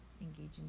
engaging